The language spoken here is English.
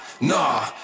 nah